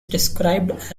described